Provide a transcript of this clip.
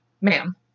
ma'am